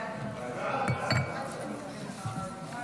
להעביר את הצעת חוק פיקוח על בתי ספר (תיקון מס' 11)